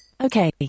Okay